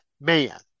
man